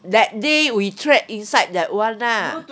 that day we check inside that [one] ah